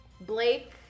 Blake